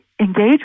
engage